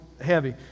heavy